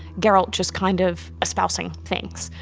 geralt just kind of espousing things,